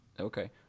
Okay